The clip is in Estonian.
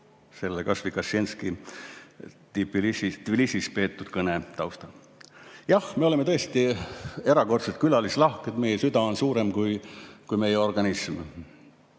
selle Kaczyński Thbilisis peetud kõne taustal. Jah, me oleme tõesti erakordselt külalislahked, meie süda on suurem kui meie organism.